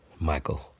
Michael